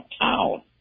town